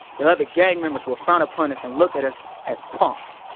the other gang members would frown upon us and look at us as punks.